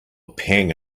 pang